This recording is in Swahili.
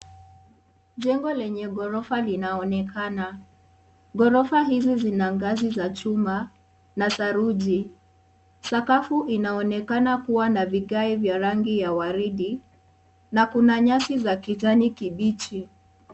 Jengo lenye ghorofa linaonekana ghorofa, hizi zina ngazi za chuma na saruji. Sakafu inaonekana kuwa na vigae vya rangi ya waridi na kuna nyasi ya rangi ya kijani kibichi.